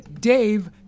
Dave